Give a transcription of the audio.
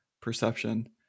perception